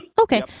Okay